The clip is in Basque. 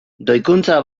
doikuntza